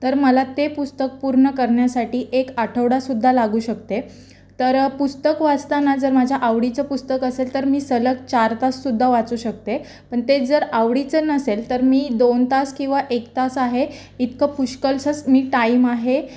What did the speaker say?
तर मला ते पुस्तक पूर्ण करण्यासाठी एक आठवडासुद्धा लागू शकते तर पुस्तक वाचताना जर माझ्या आवडीचं पुस्तक असेल तर मी सलग चार ताससुद्धा वाचू शकते पण तेच जर आवडीचं नसेल तर मी दोन तास किंवा एक तास आहे इतकं पुष्कळसंच मी टाईम आहे